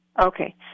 Okay